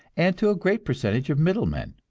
and to a great percentage of middlemen.